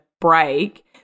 break-